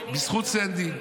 בזכות סנדי,